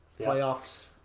playoffs